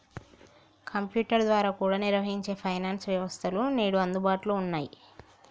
computer ద్వారా కూడా నిర్వహించే ఫైనాన్స్ వ్యవస్థలు నేడు అందుబాటులో ఉన్నయ్యి